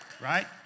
right